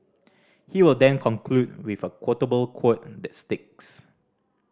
he will then conclude with a quotable quote that sticks